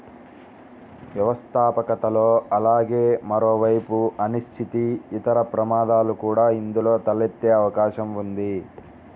వ్యవస్థాపకతలో అలాగే మరోవైపు అనిశ్చితి, ఇతర ప్రమాదాలు కూడా ఇందులో తలెత్తే అవకాశం ఉంది